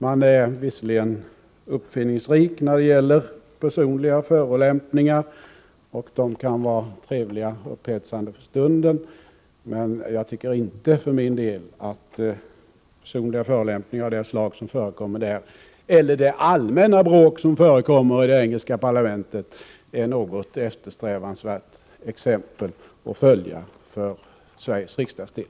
Man är visserligen uppfinningsrik när det gäller personliga förolämpningar, och sådana kan vara trevliga och upphetsande för stunden, men jag tycker för min del inte att personliga förolämpningar av det slaget eller det allmänna bråk som förekommer i det engelska parlamentet är något eftersträvansvärt exempel att följa för Sveriges riksdags del.